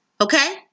Okay